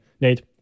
Nate